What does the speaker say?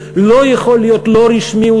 לא יכול להיות לא רשמי.